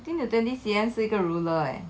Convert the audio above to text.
think the twenty C_M 是一个 ruler leh